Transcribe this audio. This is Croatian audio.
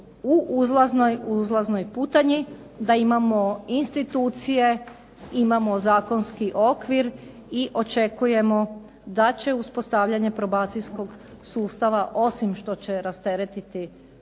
u uzlaznoj putanji, da imamo institucije, imamo zakonski okvir i očekujemo da će uspostavljanje probacijskog sustava osim što će rasteretiti zatvorski